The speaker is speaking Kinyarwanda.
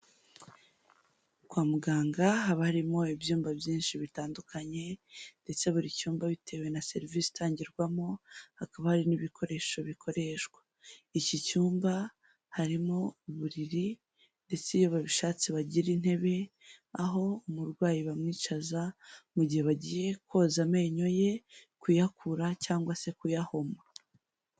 Kwa muganga haba harimo ibyumba byinshi bitandukanye, ndetse buri cyumba bitewe na serivisi itangirwamo, hakaba hari n'ibikoresho bikoreshwa, iki cyumba harimo uburiri ndetse iyo babishatse bagira intebe, aho umurwayi bamwicaza mu gihe bagiye koza amenyo ye, kuyakura cyangwa se kuyahoma.